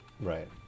Right